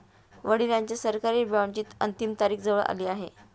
वडिलांच्या सरकारी बॉण्डची अंतिम तारीख जवळ आली आहे